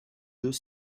deux